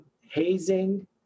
hazing